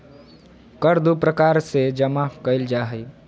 कर दू प्रकार से जमा कइल जा हइ